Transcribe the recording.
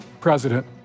president